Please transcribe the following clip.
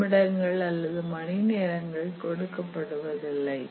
நிமிடங்கள் அல்லது மணி நேரங்கள் கொடுக்கப்படுவதில்லை